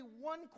one